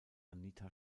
anita